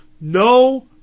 No